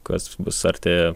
kas bus arti